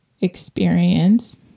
experience